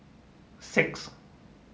six